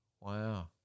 wow